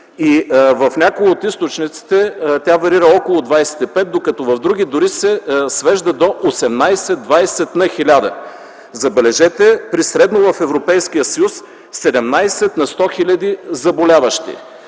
В някои от източниците тя варира около 25, докато в други дори се свежда до 18-20 на хиляда, забележете – при средно в Европейския съюз 17 на 100 хил. заболяващи,